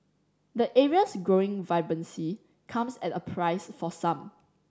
the area's growing vibrancy comes at a price for some